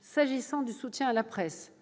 S'agissant du soutien de la presse-